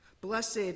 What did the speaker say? Blessed